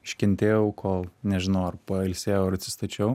iškentėjau kol nežinau ar pailsėjau ar atsistačiau